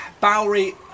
Bowery